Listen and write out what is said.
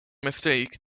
mistake